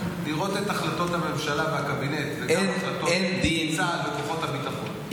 לראות את החלטות הממשלה והקבינט וגם החלטות של צה"ל וכוחות הביטחון,